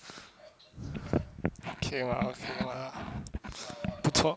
okay mah okay mah 不错